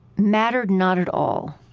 mattered not at all.